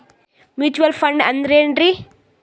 Mutual fund ಅಂದ್ರೆನ್ರಿ?